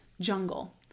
jungle